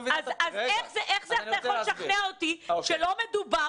אז איך אתה יכול לשכנע אותי שלא מדובר